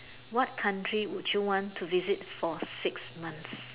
what country would you want to visit for six months